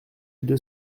deux